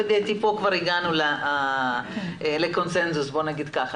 הגענו לקונצנזוס שמסכימים לשנות את המילה.